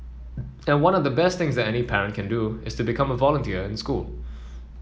and one of the best things that any parent can do is become a volunteer in school